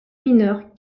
mineurs